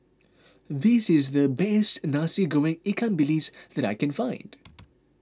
this is the best Nasi Goreng Ikan Bilis that I can find